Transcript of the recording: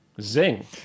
Zing